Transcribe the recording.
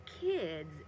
kids